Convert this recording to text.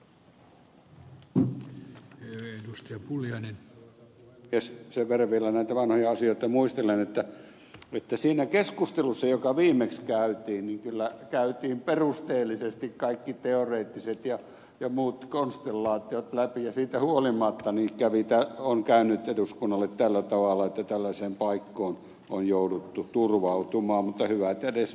sen verran vielä näitä vanhoja asioita muistelen että siinä keskustelussa joka viimeksi käytiin kyllä käytiin perusteellisesti kaikki teoreettiset ja muut konstellaatiot läpi ja siitä huolimatta on käynyt eduskunnalle tällä tavalla että tällaiseen paikkoon on jouduttu turvautumaan pyrkivät edes